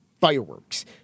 fireworks